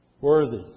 Worthy